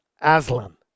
Aslan